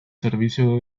servicio